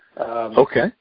Okay